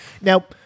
Now